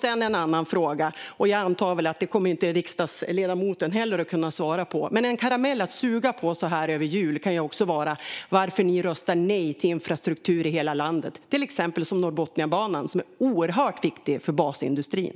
En annan fråga som riksdagsledamoten inte heller kommer att kunna svara på men som är en karamell att suga på så här över jul är: Varför röstar ni nej till infrastruktur i hela landet, till exempel Norrbotniabanan, som är oerhört viktig för basindustrin?